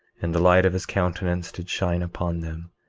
and the light of his countenance did shine upon them,